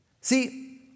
See